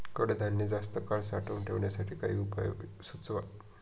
कडधान्य जास्त काळ साठवून ठेवण्यासाठी काही उपाय सुचवा?